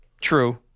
True